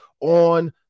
on